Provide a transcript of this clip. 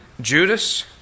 Judas